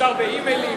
אפשר באימיילים,